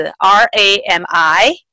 R-A-M-I